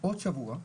עוד שבוע.